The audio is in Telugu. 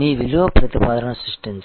మీ విలువ ప్రతిపాదనను సృష్టించండి